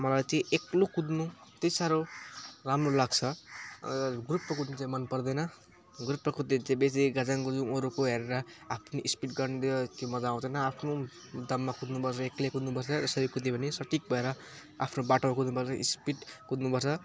मलाई चाहिँ एक्लो कुद्नु त्यति साह्रो राम्रो लाग्छ ग्रुपमा कुद्नु चाहिँ मन पर्दैन ग्रुपमा कुद्यो भने चाहिँ बेसी गजाङगुजुङ अरूको हेरेर आफ्नो स्पिड गर्नु त त्यो मजा आउँदैन आफ्नो दममा कुद्नुपर्छ एक्लै कुद्नुपर्छ यसरी कुद्यो भने सठिक भएर आफ्नो बाटोमा कुद्नुपर्छ स्पिड कुद्नुपर्छ